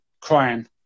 crying